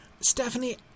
Stephanie